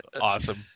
Awesome